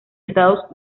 estados